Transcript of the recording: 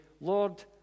Lord